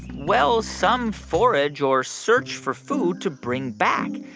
well, some forage or search for food to bring back.